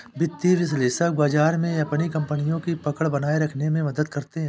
वित्तीय विश्लेषक बाजार में अपनी कपनियों की पकड़ बनाये रखने में मदद करते हैं